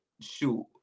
shoot